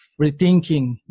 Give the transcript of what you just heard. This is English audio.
rethinking